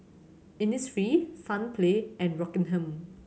Innisfree Sunplay and Rockingham